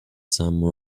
some